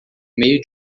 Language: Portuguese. meio